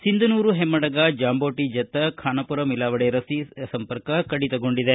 ಸಿಂಧನೂರ ಹೆಮ್ದಡಗಾ ಜಾಂಬೋಟ ಜತ್ತ ಖಾನಾಪುರ ಮಿಲಾವಡೆ ರಸ್ತೆ ಸಂಪರ್ಕ ಕಡಿತಗೊಂಡಿದೆ